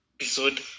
episode